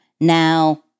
Now